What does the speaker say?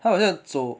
他们好像走